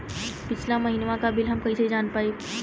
पिछला महिनवा क बिल हम कईसे जान पाइब?